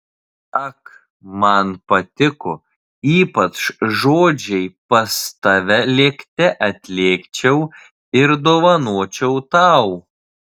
ak man patiko ypač žodžiai pas tave lėkte atlėkčiau ir dovanočiau tau